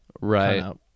Right